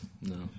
No